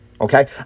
Okay